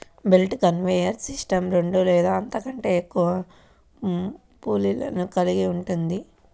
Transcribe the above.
belt conveyor system రెండు లేదా అంతకంటే ఎక్కువ పుల్లీలను కలిగి ఉంటుంది